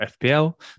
FPL